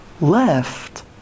left